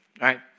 right